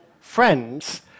friends